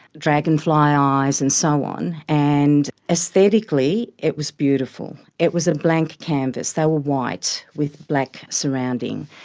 dragonfly eyes and so on. and aesthetically it was beautiful. it was a blank canvas. they were white with black surrounding.